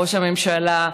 ראש הממשלה,